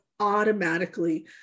automatically